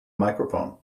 microphone